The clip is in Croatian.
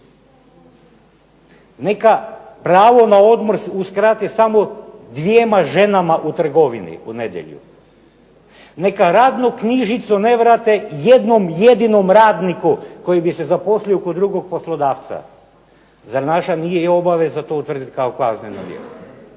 Neka pravo na odmor uskrate samo dvjema ženama u trgovini u nedjelju, neka radnu knjižicu ne vrate jednom jedinom radniku koji bi se zaposlio kod drugog poslodavca, zar naša nije obaveza to utvrditi kao kazneno djelo.